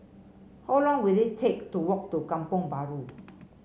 how long will it take to walk to Kampong Bahru